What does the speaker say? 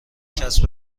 کسب